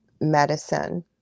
medicine